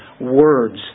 words